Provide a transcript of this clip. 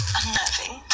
unnerving